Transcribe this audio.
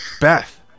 Beth